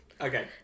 okay